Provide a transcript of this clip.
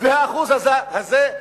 והאחוז הזה,